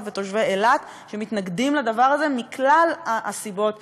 ותושבי אילת שמתנגדים לדבר הזה מכלל הסיבות שציינו.